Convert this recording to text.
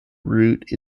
route